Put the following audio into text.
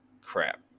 crap